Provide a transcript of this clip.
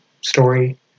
story